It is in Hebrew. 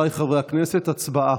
חבריי חברי הכנסת, הצבעה.